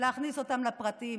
להכניס אותם לפרטיים.